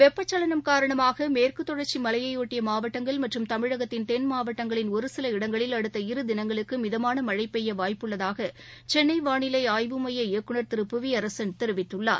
வெப்பசலனம் காரணமாக மேற்கு தொடர்ச்சி மலையையொட்டி மாவட்டங்கள் மற்றும் தமிழகத்தின் தென் மாவட்டங்களில் ஒரு சில இடங்களில் அடுத்த இரு தினங்களுக்கு மிதமான மழை பெய்ய வாய்ப்பு உள்ளதாக சென்னை வானிலை ஆய்வு மைய இயக்குநர் திரு புவியரசன் தெரிவித்துள்ளார்